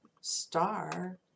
star